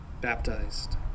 baptized